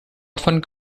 often